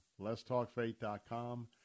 letstalkfaith.com